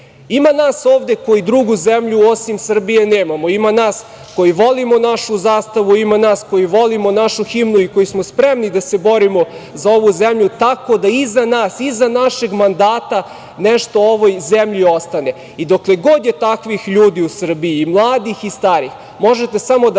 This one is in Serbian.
ima nas ovde koji drugu zemlju osim Srbije nemamo, ima nas koji volimo našu zastavu, ima nas koji volimo našu himnu i koji smo spremni da se borimo za ovu zemlju, tako da iza nas, iza našeg mandata nešto ovoj zemlji ostane. Dokle god je takvih ljudi u Srbiji, i mladih i starih, možete samo da sanjate